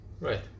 right